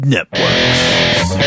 Networks